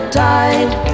tide